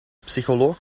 psycholoog